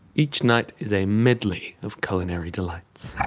each night is a medley of culinary delights.